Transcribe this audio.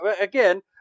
again